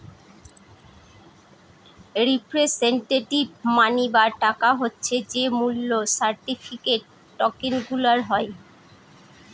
representative money বা টাকা হচ্ছে যে মূল্য সার্টিফিকেট, টকেনগুলার হয়